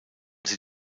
sie